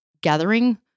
gathering